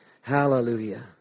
Hallelujah